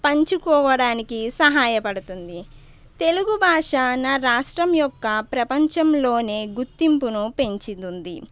పంచుకోవడానికి సహాయపడుతుంది తెలుగుభాష నా రాష్ట్రం యొక్క ప్రపంచంలోనే గుర్తింపును పెంచుతుంది